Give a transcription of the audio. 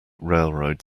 railroad